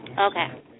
Okay